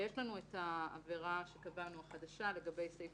ויש לנו העבירה החדשה שקבענו לגבי סעיף